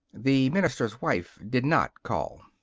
the minister's wife did not call.